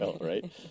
right